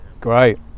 Great